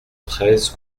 treize